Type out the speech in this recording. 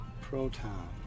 proton